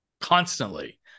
constantly